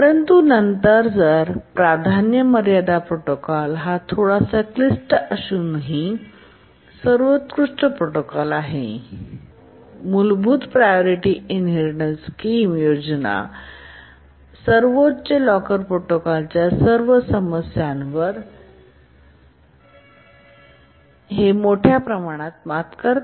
परंतु नंतर प्राधान्य मर्यादा प्रोटोकॉल हा थोडासा क्लिष्ट असूनही सर्वोत्कृष्ट प्रोटोकॉल आहे परंतु मूलभूत प्रायोरिटी इनहेरिटेन्स स्कीम योजना आणि सर्वोच्च लॉकर प्रोटोकॉलच्या सर्व समस्यांवर हे मोठ्या प्रमाणात मात करते